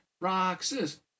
Roxas